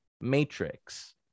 Matrix